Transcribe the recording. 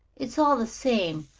it's all the same.